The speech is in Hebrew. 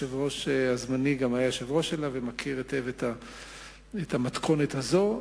שהיושב-ראש הזמני גם היה היושב-ראש שלה ומכיר היטב את המתכונת הזאת.